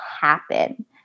happen